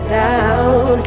down